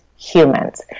Humans